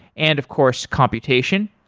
and of course, computation.